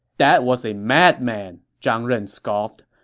that was a mad man, zhang ren scoffed.